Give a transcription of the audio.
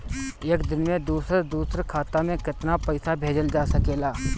एक दिन में दूसर दूसर खाता में केतना पईसा भेजल जा सेकला?